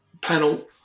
panel